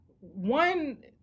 One